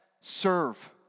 Serve